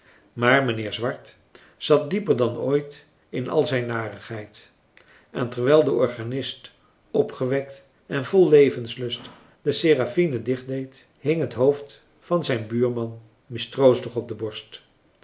maar mijnheer swart zat dieper dan ooit in al zijn narigheid en terwijl de organist opgewekt en vol levenslust de serafine dichtdeed hing het hoofd van zijn buurman mistroostig op de borst